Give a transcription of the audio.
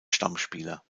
stammspieler